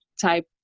type